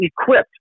equipped